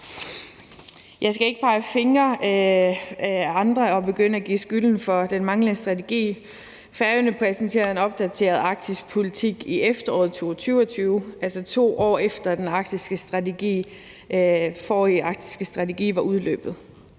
Jeg skal ikke pege fingre ad andre og begynde at give nogen skylden for den manglende strategi. Færøerne præsenterede en opdateret arktisk politik i efteråret 2022, altså 2 år efter at den forrige arktiske strategi var udløbet.